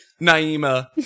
Naima